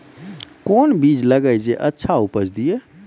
कोंन बीज लगैय जे अच्छा उपज दिये?